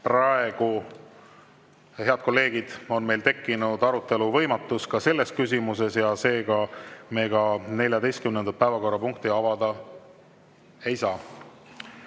praegu, head kolleegid, on meil tekkinud arutelu võimatus ka selles küsimuses ja seega me ka 14. päevakorrapunkti avada ei saa.